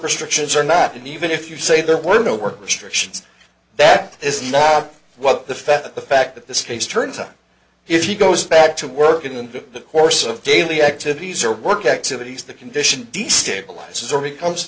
restrictions or not and even if you say there were no work restrictions that is not what the fed the fact that this case turns up if he goes back to work in the course of daily activities or work activities the condition destabilizes or becomes